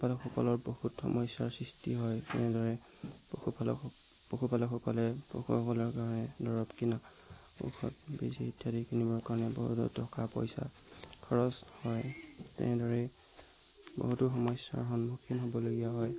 পশুপালকসকলৰ বহুত সমস্যাৰ সৃষ্টি হয় তেনেদৰে পশুপালক পশুপালকসকলে পশুসকলৰ কাৰণে দৰৱ কিনা ঔষধ বেজি ইত্যাদি কিনিবৰ কাৰণে বহুতো টকা পইচা খৰচ হয় তেনেদৰেই বহুতো সমস্যাৰ সন্মুখীন হ'বলগীয়া হয়